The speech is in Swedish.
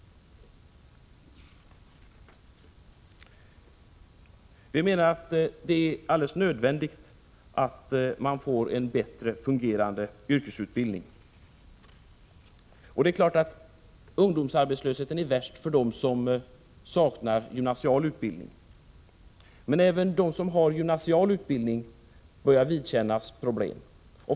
Vi menar att det är alldeles nödvändigt att man får en bättre fungerande yrkesutbildning. Det är klart att ungdomsarbetslösheten är värst för dem som saknar gymnasial utbildning. Men även de som har gymnasial utbildning börjar få problem.